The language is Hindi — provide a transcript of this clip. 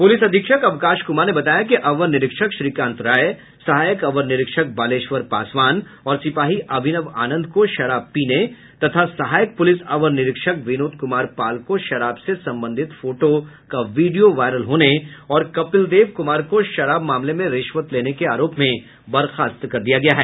पुलिस अधीक्षक अवकाश कुमार ने बताया कि अवर निरीक्षक श्रीकांत राय सहायक अवर निरीक्षक बालेश्वर पासवान और सिपाही अभिनव आनंद को शराब पीने तथा सहायक पुलिस अवर निरीक्षक विनोद कुमार पाल को शराब से संबंधित फोटो का विडियो वायरल होने और कपिलदेव कुमार को शराब मामले में रिश्वत लेने के आरोप में बर्खास्त किया गया है